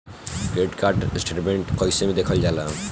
Credit card statement कइसे देखल जाला?